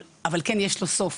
אבל כן יש לו סוף,